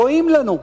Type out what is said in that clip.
רואים לנו.